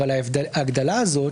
אבל ההגדלה הזאת,